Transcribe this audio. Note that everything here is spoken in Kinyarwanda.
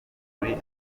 muri